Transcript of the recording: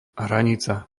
hranica